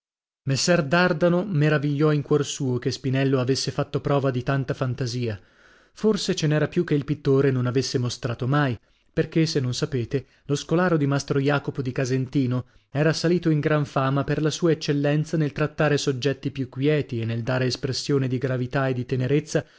dardano meravigliò in cuor suo che spinello avesse fatto prova di tanta fantasia forse ce n'era più che il pittore non avesse mostrato mai perchè se non sapete lo scolaro di mastro jacopo di casentino ora salito in gran fama per la sua eccellenza nel trattare soggetti più quieti e nel dare espressione di gravità e di tenerezza